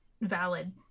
valid